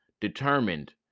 determined